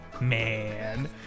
Man